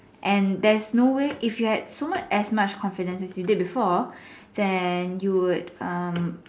and there is no way if you had so much as much confident as you did before then you would um